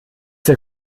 der